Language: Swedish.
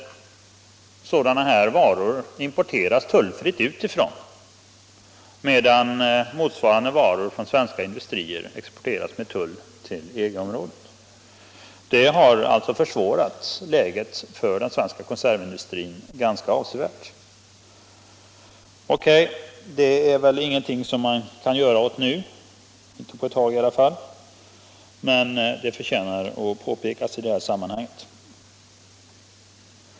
Sådana här varor importeras nämligen tullfritt utifrån, medan motsvarande varor från svenska industrier exporteras med tull till EG-området. Detta har ganska avsevärt försvårat läget för den svenska konservindustrin. Okay, det är ingenting att göra åt det nu, inte på ett tag i varje fall. Men det förtjänar att påpekas i detta sammanhang.